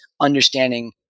understanding